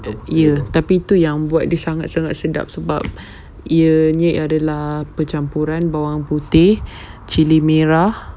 ya tapi tu yang buat dia sangat-sangat sedap sebab ianya adalah campuran bawang putih cili merah